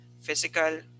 physical